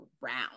round